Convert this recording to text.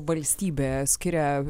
valstybė skiria